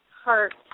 heart